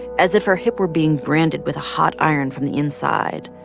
as if her hip were being branded with a hot iron from the inside.